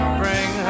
bring